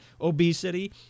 obesity